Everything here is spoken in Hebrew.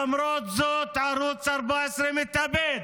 למרות זאת ערוץ 14 מתאבד